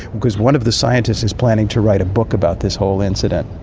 because one of the scientists is planning to write a book about this whole incident.